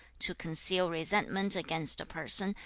to conceal resentment against a person,